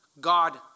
God